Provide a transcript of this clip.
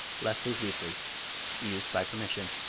leslie's weekly used by permission.